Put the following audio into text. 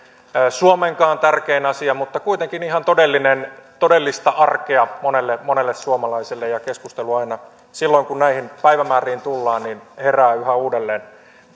suomenkaan tärkein asia mutta kuitenkin ihan todellista arkea monelle monelle suomalaiselle ja keskustelu aina silloin kun näihin päivämääriin tullaan herää yhä uudelleen